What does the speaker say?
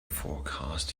forecast